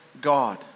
God